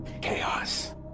Chaos